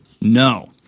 no